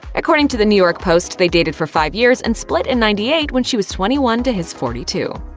according to the new york post, they dated for five years and split in ninety eight, when she was twenty one to his forty two.